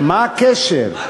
מה הקשר?